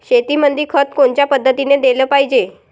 शेतीमंदी खत कोनच्या पद्धतीने देलं पाहिजे?